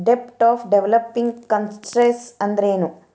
ಡೆಬ್ಟ್ of developing countries ಅಂದ್ರೇನು?